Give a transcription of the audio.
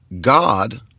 God